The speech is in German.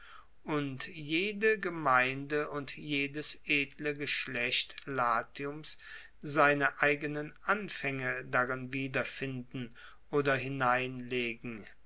und jede gemeinde und jedes edle geschlecht latiums seine eigenen anfaenge darin wiederfinden oder hineinlegen